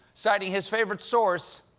citing his favorite source,